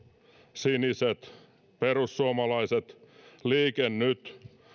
siniset perussuomalaiset liike nyt